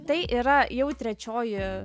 tai yra jau trečioji